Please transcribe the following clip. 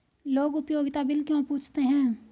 लोग उपयोगिता बिल क्यों पूछते हैं?